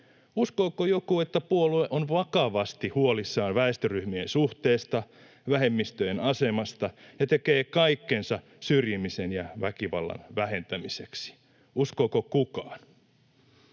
Uskooko joku, että puolue on vakavasti huolissaan väestöryhmien suhteesta, vähemmistöjen asemasta ja tekee kaikkensa syrjimisen ja väkivallan vähentämiseksi? Uskooko kukaan?